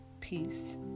peace